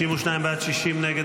52 בעד, 60 נגד.